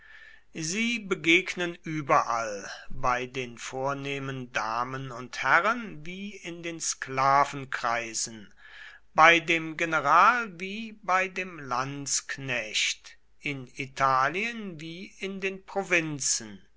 sie begegnen überall bei den vornehmen damen und herren wie in den sklavenkreisen bei dem general wie bei dem lanzknecht in italien wie in den provinzen